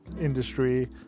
industry